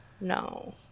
No